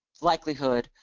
likelihood,